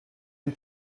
une